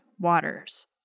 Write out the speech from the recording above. Waters